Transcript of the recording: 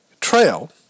trail